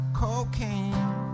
cocaine